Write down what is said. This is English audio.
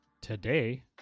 today